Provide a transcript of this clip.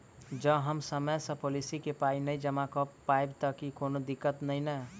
जँ हम समय सअ पोलिसी केँ पाई नै जमा कऽ पायब तऽ की कोनो दिक्कत नै नै?